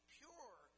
pure